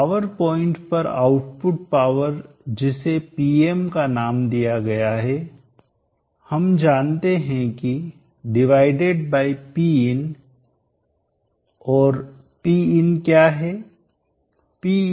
power point पर output power जिसे Pm का नाम दिया गया है हम जानते हैं कि डिवाइडेड बाय Pin और Pin क्या है